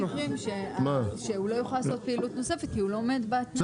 יהיו מקרים שהוא לא יוכל לעשות פעילות נוספת כי הוא לא עומד בתנאים.